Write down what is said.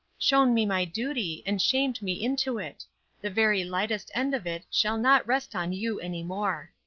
shown me my duty and shamed me into it the very lightest end of it shall not rest on you any more.